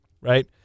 right